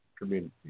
community